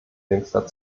jüngster